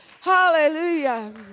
Hallelujah